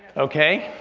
okay.